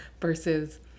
versus